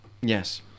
Yes